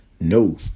No